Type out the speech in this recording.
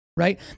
right